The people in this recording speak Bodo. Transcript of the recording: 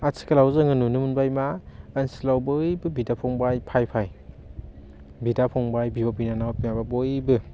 आथिखालाव जोङो नुनो मोनबाय मा आथिखालाव बयबो बिदा फंबाय बाइ बाइ बिदा फंबाय बिब' बिनानाव बयबो